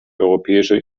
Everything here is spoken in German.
europäische